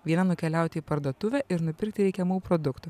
viena nukeliauti į parduotuvę ir nupirkti reikiamų produktų